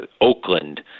Oakland